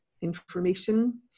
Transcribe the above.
information